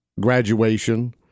graduation